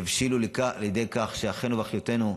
יבשילו לידי כך שאחינו ואחיותינו,